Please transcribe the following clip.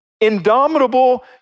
indomitable